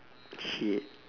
shit